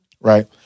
right